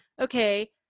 okay